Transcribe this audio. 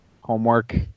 homework